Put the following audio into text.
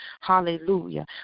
Hallelujah